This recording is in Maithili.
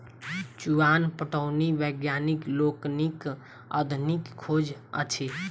चुआन पटौनी वैज्ञानिक लोकनिक आधुनिक खोज अछि